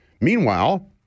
Meanwhile